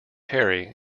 harry